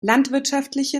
landwirtschaftliche